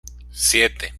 siete